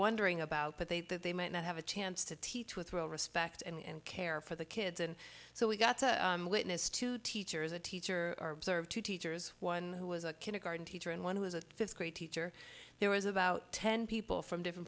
wondering about that they that they might not have a chance to teach with real respect and care for the kids and so we got to witness two teachers a teacher or observe two teachers one who was a kindergarten teacher and one who is a fifth grade teacher there was about ten people from different